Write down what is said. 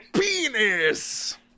penis